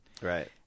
Right